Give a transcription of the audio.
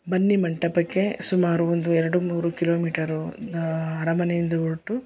ಬನ್ನಿ ಮಂಟಪಕ್ಕೆ ಸುಮಾರು ಒಂದು ಎರಡು ಮೂರು ಕಿಲೋಮೀಟರು ಅರಮನೆಯಿಂದ ಹೊರಟು